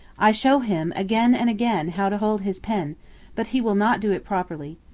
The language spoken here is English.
i show him, again and again, how to hold his pen but he will not do it properly.